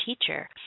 teacher